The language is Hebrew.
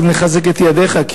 מחזק את ידיך בדבר הזה,